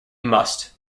must